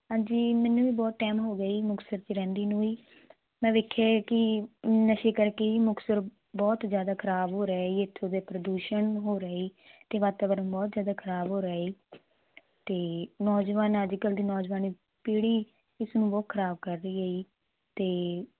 ਹਾਂਜੀ ਮੈਨੂੰ ਵੀ ਬਹੁਤ ਟਾਈਮ ਹੋ ਗਿਆ ਮੁਕਤਸਰ ਚ ਰਹਿੰਦੀ ਨੂੰ ਵੀ ਮੈਂ ਵੇਖਿਆ ਕਿ ਨਸ਼ੇ ਕਰਕੇ ਹੀ ਮੁਕਤਸਰ ਬਹੁਤ ਜਿਆਦਾ ਖਰਾਬ ਹੋ ਰਿਹਾ ਇੱਥੋਂ ਦੇ ਪ੍ਰਦੂਸ਼ਣ ਹੋ ਰਹੀ ਤੇ ਵਾਤਾਵਰ ਬਹੁਤ ਜਿਆਦਾ ਖਰਾਬ ਹੋ ਰਹੇ ਤੇ ਨੌਜਵਾਨਾਂ ਅੱਜ ਕੱਲ ਦੀ ਨੌਜਵਾਨ ਪੀੜੀ ਇਸ ਨੂੰ ਬਹੁਤ ਖਰਾਬ ਕਰ ਰਹੀ ਐ ਜੀ ਤੇ